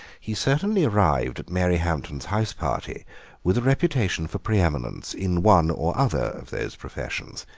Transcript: he certainly arrived at mary hampton's house party with a reputation for pre-eminence in one or other of those professions,